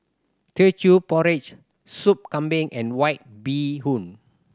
Teochew Porridge Soup Kambing and White Bee Hoon